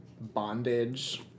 Bondage